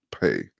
pay